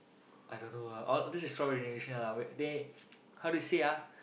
I don't know ah all this is strawberry generation ah but they how do say ah